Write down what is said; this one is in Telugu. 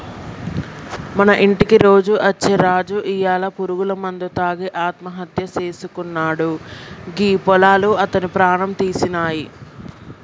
మన ఇంటికి రోజు అచ్చే రాజు ఇయ్యాల పురుగుల మందు తాగి ఆత్మహత్య సేసుకున్నాడు గీ పొలాలు అతని ప్రాణం తీసినాయి